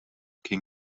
king